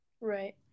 Right